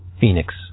Phoenix